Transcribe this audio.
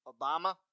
Obama